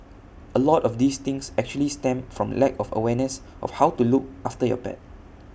A lot of these things actually stem from lack of awareness of how to look after your pet